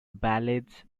ballads